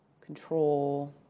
control